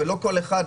ולא כל אחד,